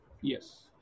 Yes